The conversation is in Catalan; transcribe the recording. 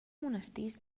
monestirs